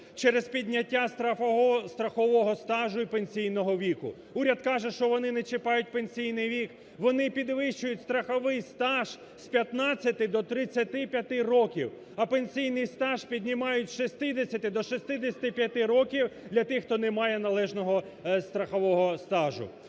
через підняття страхового стажу і пенсійного віку. Уряд каже, що вони не чіпають пенсійний вік. Вони підвищують страховий стаж з 15 до 35 років, а пенсійний стаж піднімають з 60 до 65 років для тих, хто не має належного страхового стажу.